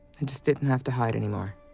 and just didn't have to hide anymore.